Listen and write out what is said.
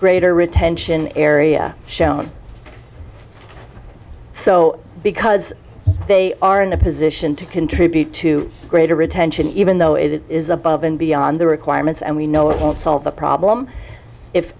greater retention area shown so because they are in a position to contribute to greater attention even though it is above and beyond the requirements and we know it won't solve the problem if